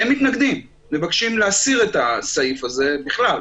הם מתנגדים, מבקשים להסיר את הסעיף הזה בכלל.